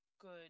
good